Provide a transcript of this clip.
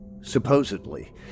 supposedly